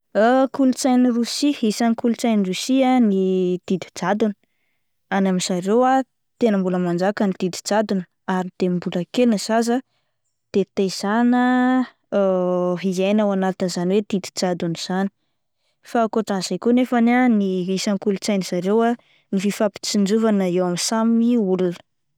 Kolotsain'i Rosia, isan'ny kolotsain'i Rosia ny didy jadona any amin'ny zareo ah tena mbola manjaka ny didy jadona ary dieny mbola kely ny zaza de tezaina hiainana ao anatin'izany hoe didy jadona izany, fa akotran'izay koa nefany ah, ny isan'ny kolotsainy zareo ah ny fifampitsinjovana eo amin'ny samy olona.